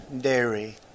dairy